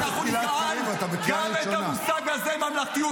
אנחנו לא נוותר בשם ממלכתיות